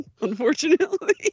unfortunately